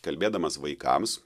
kalbėdamas vaikams